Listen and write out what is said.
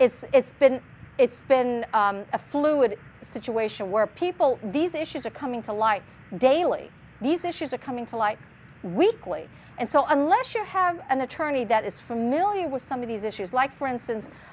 that it's been it's been a fluid situation where people these issues are coming to light daily these issues are coming to light weekly and so unless you have an attorney that is familiar with some of these issues like for instance